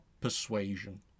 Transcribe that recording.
persuasion